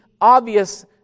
obvious